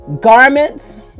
garments